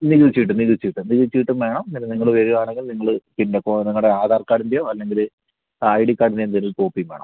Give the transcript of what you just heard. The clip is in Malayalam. നികുതി ചീട്ട് നികുതി ചീട്ട് നികുതി ചീട്ടും വേണം പിന്നെ നിങ്ങൾ വരികയാണെങ്കിൽ നിങ്ങൾ പിന്നെ ഇപ്പം നിങ്ങളുടെ ആധാർ കാർഡിൻ്റെയോ അല്ലെങ്കിൽ ഐ ഡി കാർഡിൻ്റെ എന്തെങ്കിലും ഒരു കോപ്പിയും വേണം